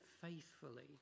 faithfully